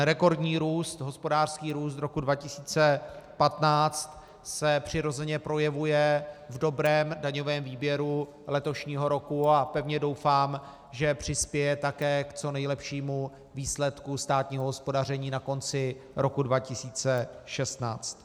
Rekordní hospodářský růst z roku 2015 se přirozeně projevuje v dobrém daňovém výběru letošního roku a pevně doufám, že přispěje také k co nejlepšímu výsledku státního hospodaření na konci roku 2016.